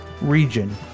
region